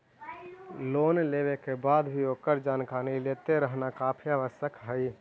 loan लेवे के बाद भी ओकर जानकारी लेते रहना काफी आवश्यक हइ